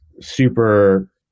super